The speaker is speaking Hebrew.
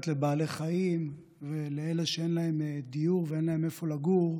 לבעלי חיים ולאלה שאין להם דיור ואין להם איפה לגור,